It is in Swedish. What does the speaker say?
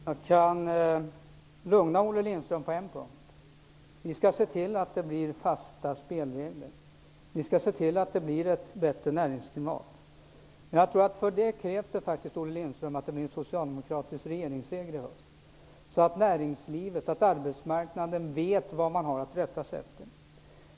Herr talman! Jag kan lugna Olle Lindström på en punkt: Vi skall se till att det blir fasta spelregler och ett bättre näringsklimat. Men för det krävs en socialdemokratisk regeringsseger i höst, så att näringslivet, arbetsmarknaden, vet vad man har att rätta sig efter.